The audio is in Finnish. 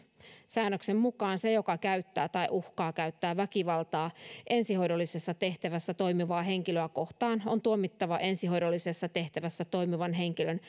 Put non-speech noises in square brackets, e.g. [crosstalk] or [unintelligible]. säännöksen mukaan se joka käyttää tai uhkaa käyttää väkivaltaa ensihoidollisessa tehtävässä toimivaa henkilöä kohtaan on tuomittava ensihoidollisessa tehtävässä toimivan henkilön [unintelligible]